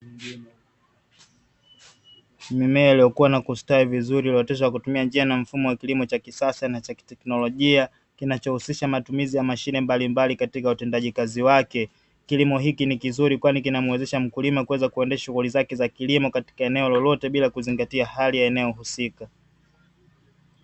Mimea iliyokua na kustawi vizuri iliyooteshwa kwa kutumia njia na mfumo wa kilimo cha kisasa na teknolojia kinachohusisha matumizi ya mashine mbalimbali katika utendaji kazi wake. Kilimo hiki ni kizuri kwani kinamwezesha mkulima kuweza kuendesha shughuli zake za kilimo katika eneo lolote bila kuzingatia hali ya eneo husika.